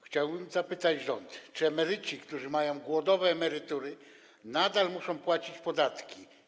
Chciałbym zapytać rząd: Czy emeryci, którzy mają głodowe emerytury, nadal muszą płacić podatki?